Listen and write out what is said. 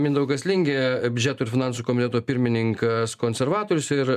mindaugas lingė biudžetų ir finansų komiteto pirmininkas konservatorius ir